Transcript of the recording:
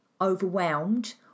overwhelmed